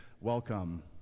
welcome